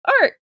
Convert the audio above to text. Art